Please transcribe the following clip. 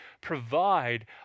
provide